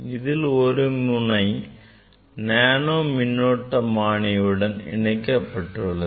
இதில் ஒரு முனை நேனோ மின்னோட்டமானியுடன் இணைக்கப்பட்டுள்ளது